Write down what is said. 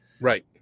right